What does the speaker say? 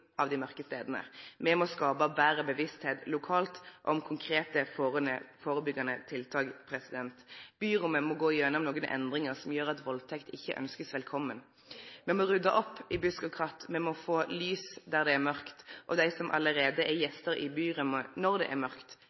av dei mørke stadene. Me må skape betre medvit lokalt om konkrete førebyggjande tiltak. Byrommet må gå gjennom nokre endringar som gjer at valdtekt ikkje blir ynskt velkommen. Me må rydde opp i busk og kratt, me må få lys der det er mørkt, og dei som allereie er gjester i byrommet når det er mørkt